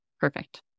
Perfect